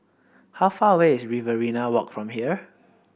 how far away is Riverina Walk from here